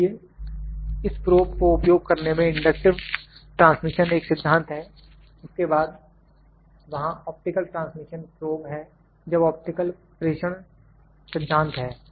इसलिए इस प्रोब को उपयोग करने में इंडक्टिव ट्रांसमिशन एक सिद्धांत है उसके बाद तब वहां ऑप्टिकल ट्रांसमिशन प्रोब है जब ऑप्टिकल प्रेषण सिद्धांत है